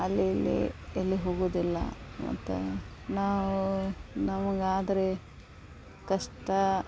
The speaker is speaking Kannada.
ಅಲ್ಲಿ ಇಲ್ಲಿ ಎಲ್ಲಿ ಹೋಗುವುದಿಲ್ಲ ಮತ್ತು ನಾವು ನಮಗಾದರೆ ಕಷ್ಟ